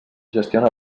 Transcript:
gestiona